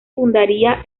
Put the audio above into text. fundaría